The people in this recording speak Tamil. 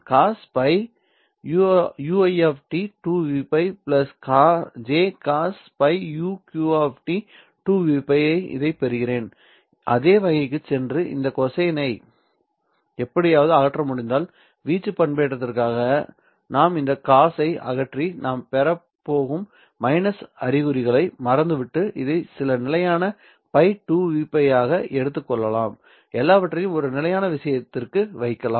cos π ui 2V π j cos ⁡ π uq 2V π இதைப் பெறுகிறேன் அதே வகைக்குச் சென்று இந்த கோசைனை எப்படியாவது அகற்ற முடிந்தால் வீச்சு பண்பேற்றத்திற்காக நாம் இந்த காஸை அகற்றி நான் பெறப் போகும் மைனஸ் அறிகுறிகளை மறந்துவிட்டு இதை சில நிலையான π 2V π ஆக எடுத்துக் கொள்ளலாம் எல்லாவற்றையும் ஒரு நிலையான விஷயத்திற்கு வைக்கலாம்